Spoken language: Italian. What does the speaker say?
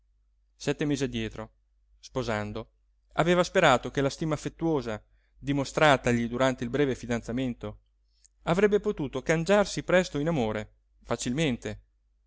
sette mesi addietro sposando aveva sperato che la stima affettuosa dimostratagli durante il breve fidanzamento avrebbe potuto cangiarsi presto in amore facilmente